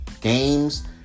games